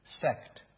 sect